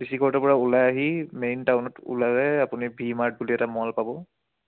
D C কৰ্টৰপৰা ওলাই আহি মেইন টাউনত ওলালে আপুনি ভি মাৰ্ট বুলি এটা মল পাব